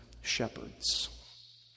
shepherds